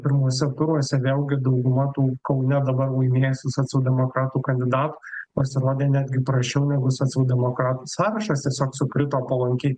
pirmuose turuose vėlgi dauguma tų kaune dabar laimėjusių socialdemokratų kandidatai pasirodė netgi prasčiau negu socialdemokratų sąrašas tiesiog sukrito palankiai